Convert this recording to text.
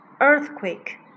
earthquake